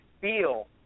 feel